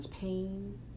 pain